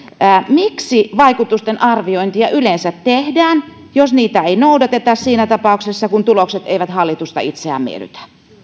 miksi vaikutusten arviointia yleensä tehdään jos arvioita ei noudateta siinä tapauksessa kun tulokset eivät hallitusta itseään miellytä